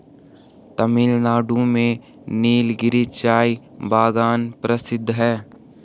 तमिलनाडु में नीलगिरी चाय बागान प्रसिद्ध है